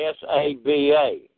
Saba